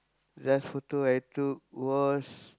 last photo I took was